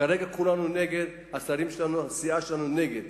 כרגע כולנו נגד, השרים שלנו, הסיעה שלנו נגד.